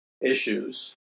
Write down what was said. issues